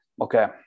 okay